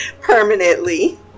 permanently